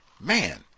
man